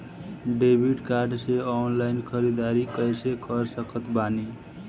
Debit card से online ख़रीदारी कैसे कर सकत बानी?